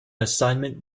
assignment